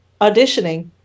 auditioning